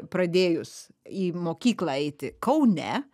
pradėjus į mokyklą eiti kaune